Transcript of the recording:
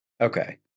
Okay